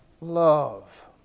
love